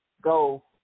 Go